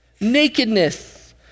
nakedness